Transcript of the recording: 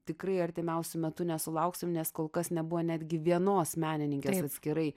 tikrai artimiausiu metu nesulauksim nes kol kas nebuvo netgi vienos menininkės atskirai